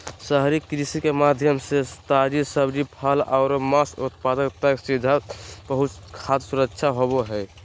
शहरी कृषि के माध्यम से ताजी सब्जि, फल आरो मांस उत्पाद तक सीधा पहुंच खाद्य सुरक्षा होव हई